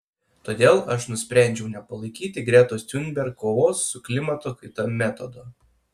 todėl aš nusprendžiau nepalaikyti gretos thunberg kovos su klimato kaita metodo